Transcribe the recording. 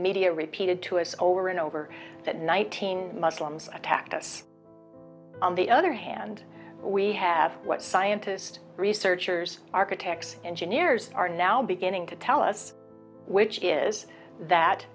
media repeated to us over and over that nineteen muslims attacked us on the other hand we have what scientists researchers architects engineers are now beginning to tell us which is that